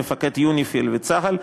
מפקד יוניפי"ל וצה"ל,